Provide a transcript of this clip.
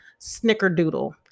snickerdoodle